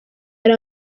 yari